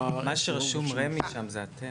כשרשום שם רמ"י, זה אתם.